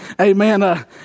Amen